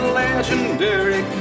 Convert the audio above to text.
legendary